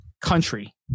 country